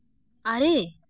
ᱟᱨᱮ